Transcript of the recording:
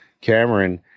Cameron